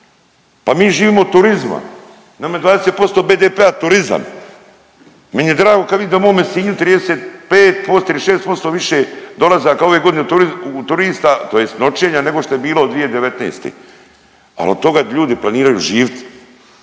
pa mi živimo od turizma, nama je 20% BDP-a turizam. Meni je drago kad vidim da je u mome Sinju 35%-36% više dolazaka ove godine od turista tj. noćenja nego što je bilo 2019., al od toga ljudi planiraju živit,